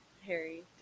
Harry